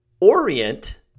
Orient